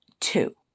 two